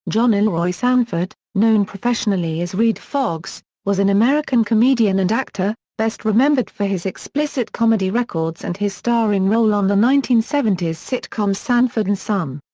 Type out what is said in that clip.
john elroy sanford, known professionally as redd foxx, was an american comedian and actor, best remembered for his explicit comedy records and his starring role on the nineteen seventy s sitcom sanford and son.